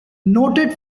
noted